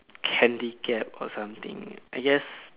handicapped or something I guess